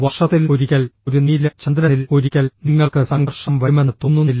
വർഷത്തിൽ ഒരിക്കൽ ഒരു നീല ചന്ദ്രനിൽ ഒരിക്കൽ നിങ്ങൾക്ക് സംഘർഷം വരുമെന്ന് തോന്നുന്നില്ല